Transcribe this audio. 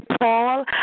Paul